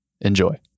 Enjoy